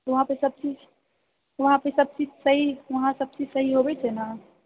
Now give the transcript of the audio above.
वहांँ पर सबचीज वहांँ पे सबचीज छै वहांँ सबचीज सही होवे छै ने